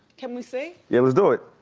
can we see? yeah, let's do it.